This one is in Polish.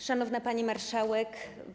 Szanowna Pani Marszałek!